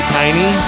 tiny